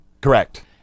Correct